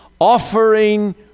offering